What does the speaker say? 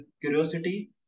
curiosity